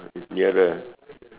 it's nearer